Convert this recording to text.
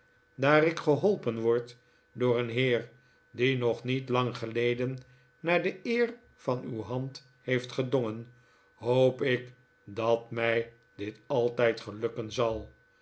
daar ik geholpen word door een heer die nog niet lang geleden naar de eer van uw hand heeft gedongen hoop ik dat mij dit altijd gelukken zal